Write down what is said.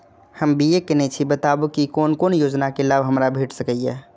हम बी.ए केनै छी बताबु की कोन कोन योजना के लाभ हमरा भेट सकै ये?